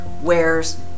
wears